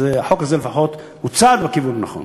אז החוק הזה לפחות הוא צעד בכיוון הנכון.